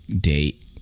date